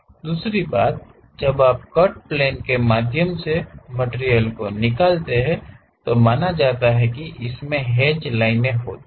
दूसरी बात जब आप कट प्लेन के माध्यम से मटिरियल निकालते हैं तो माना जाता है कि इसमें हैच लाइनें होती हैं